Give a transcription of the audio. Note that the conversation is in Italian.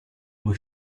due